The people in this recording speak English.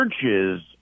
churches